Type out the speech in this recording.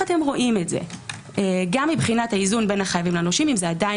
אתם רואים את זה גם מבחינת האיזון בין החייבים לנושים אם זה עדיין